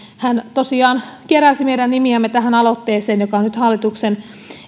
hän tosiaan keräsi meidän nimiämme tähän aloitteeseen joka on nyt hallituksen